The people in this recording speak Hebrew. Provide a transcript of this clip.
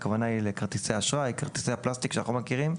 הכוונה היא לכרטיסי האשראי; כרטיסי הפלסטיק שאנחנו מכירים.